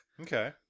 Okay